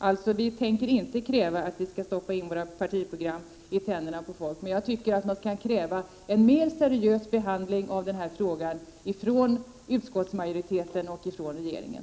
Vi tänker alltså inte kräva att våra partiprogram skall stoppas in i tänderna på människor. Jag tycker att man kan kräva en mer seriös behandling av den här frågan från utskottsmajoriteten och från regeringen.